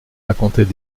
racontaient